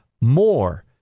more